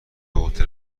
هتل